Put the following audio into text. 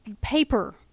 paper